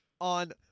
On